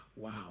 wow